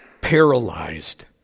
Paralyzed